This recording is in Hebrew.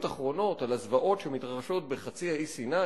אחרונות" על הזוועות שמתרחשות בחצי האי סיני